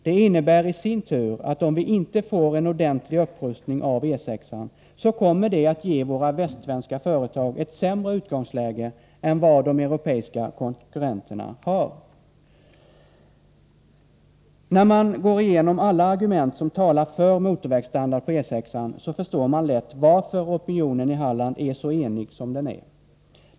Det innebär i sin tur att om vi inte får en ordentlig upprustning av E 6, kommer det att ge våra västsvenska företag ett sämre utgångsläge än de europeiska konkurrenterna har. När man går igenom alla argument som talar för motorvägsstandard på E 6, förstår man lätt varför opinionen i Halland är så enig som den är.